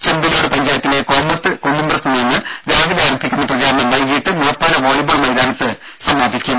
ചെമ്പിലോട് പഞ്ചായത്തിലെ കോമത്ത് കുന്നുമ്പ്രത്തുനിന്ന് രാവിലെ ആരംഭിക്കുന്ന പ്രചാരണം വൈകിട്ട് മുഴപ്പാല വോളിബോൾ മൈതാനത്ത് സമാപിക്കും